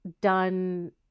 done